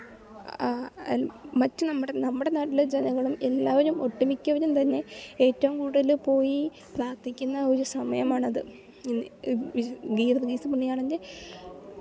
അല്ല മറ്റ് നമ്മുടെ നമ്മുടെ നാട്ടിലെ ജനങ്ങളും എല്ലാവരും ഒട്ടുമിക്കവരും തന്നെ ഏറ്റവും കൂടുതൽ പോയി പ്രാർത്ഥിക്കുന്ന ഒരു സമയമാണത് ഗീവർഗീസ് പുണ്യാളൻ്റെ